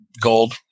gold